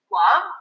love